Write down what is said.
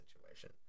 situation